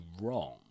wrong